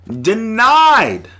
denied